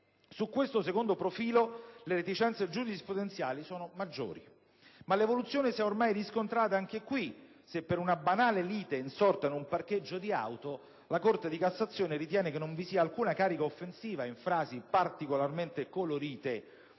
su questo secondo profilo le reticenze giurisprudenziali sono maggiori, ma l'evoluzione si è oramai riscontrata anche qui se, per una banale lite insorta in un parcheggio di auto, la Corte di cassazione ritiene che non vi sia alcuna carica offensiva in «frasi particolarmente colorite»,